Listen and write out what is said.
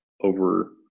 over